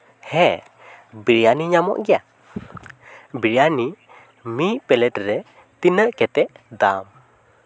ᱦᱮᱸ ᱵᱤᱨᱭᱟᱱᱤ ᱧᱟᱢᱚᱜ ᱜᱮᱭᱟ ᱵᱤᱨᱭᱟᱱᱤ ᱢᱤᱫ ᱯᱞᱮᱹᱴ ᱨᱮ ᱛᱤᱱᱟᱹᱜ ᱠᱟᱛᱮᱫ ᱫᱟᱢ